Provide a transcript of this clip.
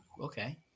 okay